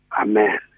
Amen